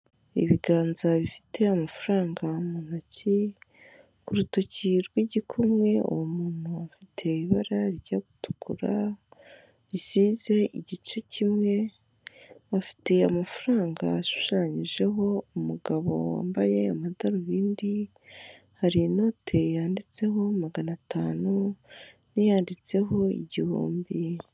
Ibiganza bifite amafaranga mu ntoki, ku rutoki rw'igikumwe uwo muntu ateye ibara rijya gutukura risize igice kimwe afite amafaranga ashushanyijeho umugabo wambaye amadarubindi hari inote yanditseho magana atanu n'iyanditseho igihumbi.